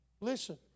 Listen